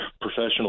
professional